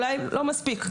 אולי לא מספיק.